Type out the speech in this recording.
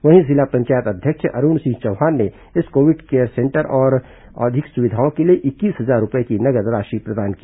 वहीं जिला पंचायत अध्यक्ष अरूण सिंह चौहान ने इस कोविड सेंटर में और अधिक सुविधाओं के लिए इक्कीस हजार रूपये की नगद राशि प्रदान की